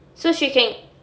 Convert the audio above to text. so she can